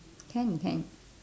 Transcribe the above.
can can